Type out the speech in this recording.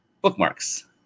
bookmarks